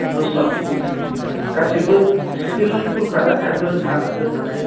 दस जन गासैबो स्किल फुलखाना गोरोंखा गोरोङालाय